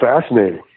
fascinating